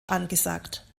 angesagt